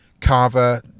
Carver